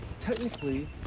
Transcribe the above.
technically